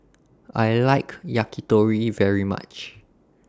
I like Yakitori very much